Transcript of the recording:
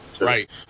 Right